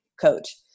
coach